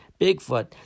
Bigfoot